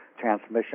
transmission